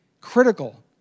critical